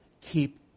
Keep